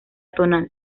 tonal